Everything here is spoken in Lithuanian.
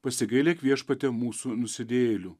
pasigailėk viešpatie mūsų nusidėjėlių